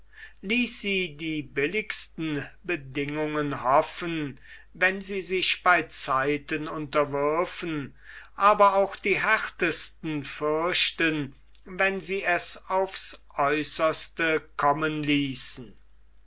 sie die billigsten bedingungen hoffen wenn sie sich bei zeiten unterwürfen aber auch die härtesten fürchten wenn sie es aufs aeußerste kommen ließen